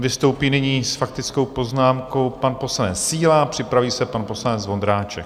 Vystoupí nyní s faktickou poznámkou pan poslanec Síla, připraví se pan poslanec Vondráček.